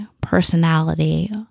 personality